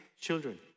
children